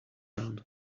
run